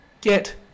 get